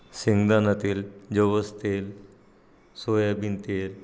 शेंगदाणा तेल जवस तेल सोयाबीन तेल